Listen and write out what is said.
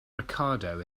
ricardo